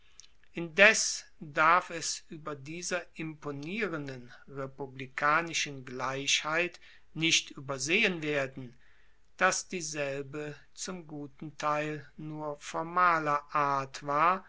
indes darf es ueber dieser imponierenden republikanischen gleichheit nicht uebersehen werden dass dieselbe zum guten teil nur formaler art war